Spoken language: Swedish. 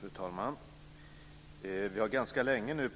Fru talman! Vi har ganska länge nu